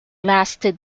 lasted